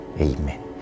Amen